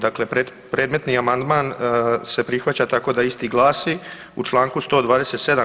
Dakle, predmetni amandman se prihvaća tako da isti glasi u čl. 127.